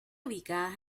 ubicadas